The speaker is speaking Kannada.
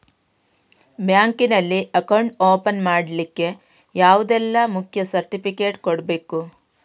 ಬ್ಯಾಂಕ್ ನಲ್ಲಿ ಅಕೌಂಟ್ ಓಪನ್ ಮಾಡ್ಲಿಕ್ಕೆ ಯಾವುದೆಲ್ಲ ಮುಖ್ಯ ಸರ್ಟಿಫಿಕೇಟ್ ಕೊಡ್ಬೇಕು?